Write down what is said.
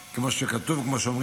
כמו שכתוב וכמו שאומרים,